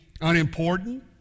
unimportant